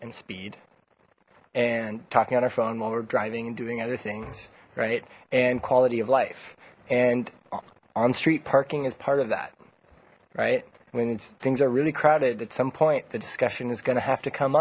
and speed and talking on our phone while we're driving and doing other things right and quality of life and on street parking is part of that right when these things are really crowded at some point the discussion is going to have to come